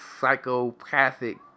psychopathic